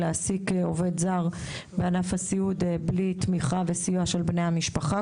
להעסיק עובד זר בענף הסיעוד בלי תמיכה וסיוע של בני המשפחה.